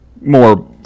more